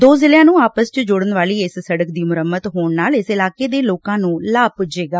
ਦੋ ਜ਼ਿਲ਼ਿਆਂ ਨੂੰ ਆਪਸ ਚ ਜੋੜਣ ਵਾਲੀ ਇਸ ਸੜਕ ਦੀ ਮੁਰੰਮਤ ਹੋਣ ਨਾਲ ਇਸ ਇਲਾਕੇ ਦੇ ਲੋਕਾਂ ਨੂੰ ਲਾਭ ਪੁੱਜੇਗਾ